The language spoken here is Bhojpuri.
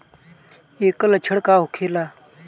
ऐकर लक्षण का होखेला?